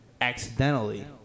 accidentally